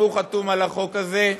גם הוא חתום על החוק הזה.